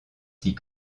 six